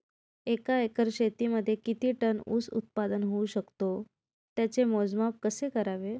एका एकर शेतीमध्ये किती टन ऊस उत्पादन होऊ शकतो? त्याचे मोजमाप कसे करावे?